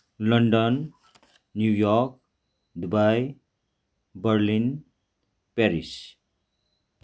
London New York Dubai Berlin Paris